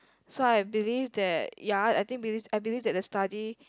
so I believe that ya I think believe I believes that the study